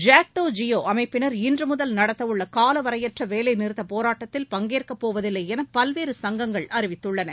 ஜாக்டோ ஜியோ அமைப்பினர் இன்று முதல் நடத்தவுள்ள கால வரையற்ற வேலை நிறுத்தப் போராட்டத்தில் பங்கேற்கப் போவதில்லை என பல்வேறு சங்கங்கள் அறிவித்துள்ளன